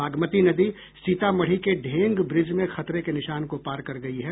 बागमती नदी सीतामढ़ी के ढेंग ब्रिज में खतरे के निशान को पार कर गयी है